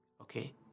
okay